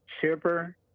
shipper